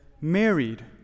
married